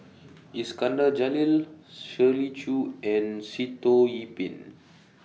Iskandar Jalil Shirley Chew and Sitoh Yih Pin